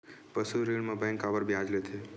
पशु ऋण म बैंक काबर ब्याज लेथे?